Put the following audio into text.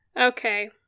Okay